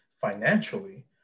financially